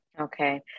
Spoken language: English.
Okay